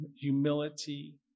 humility